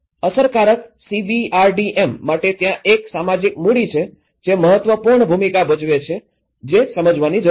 અસરકારક સીબીઆરડીએમ માટે ત્યાં એક સામાજિક મૂડી છે જે મહત્વપૂર્ણ ભૂમિકા ભજવે છે તે સમજવાની જરૂર છે